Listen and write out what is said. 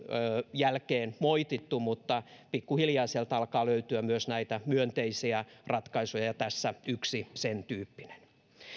jälkeen usein moitittu mutta pikkuhiljaa sieltä alkaa löytyä myös näitä myönteisiä ratkaisuja ja tässä yksi sentyyppinen